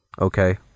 Okay